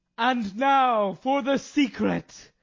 and now for the secret,